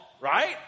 right